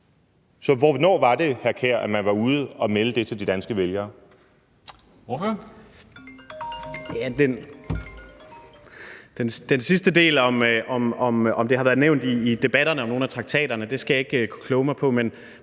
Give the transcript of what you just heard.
Så hvornår var det, hr. Kjær, at man var ude at melde det ud til de danske vælgere?